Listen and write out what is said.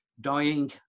Dying